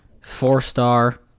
Four-star